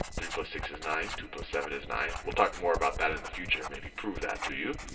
three plus six is nine, two plus seven is nine. we'll talk more about that in the future and maybe prove that to you.